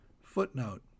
footnote